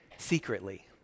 secretly